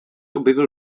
objevil